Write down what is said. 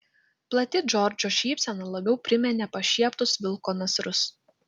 plati džordžo šypsena labiau priminė prašieptus vilko nasrus